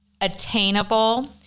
attainable